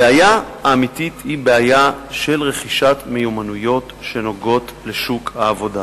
הבעיה האמיתית היא בעיה של רכישת מיומנויות שנוגעות לשוק העבודה.